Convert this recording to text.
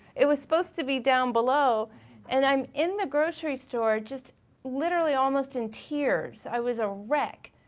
it was supposed to be down below and i'm in the grocery store just literally almost in tears, i was a wreck.